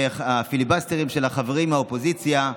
הפיליבסטרים של החברים מהאופוזיציה,